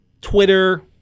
Twitter